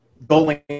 bowling